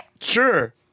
Sure